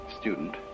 student